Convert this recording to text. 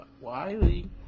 Wiley